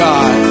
God